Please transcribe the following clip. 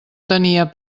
tenia